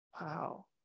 Wow